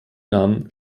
namen